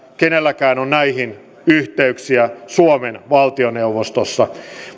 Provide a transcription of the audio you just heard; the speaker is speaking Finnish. kenelläkään on näihin yhteyksiä suomen valtioneuvostossa